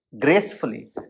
gracefully